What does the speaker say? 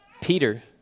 Peter